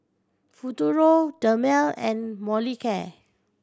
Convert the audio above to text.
Futuro Dermale and Molicare